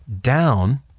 down